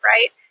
Right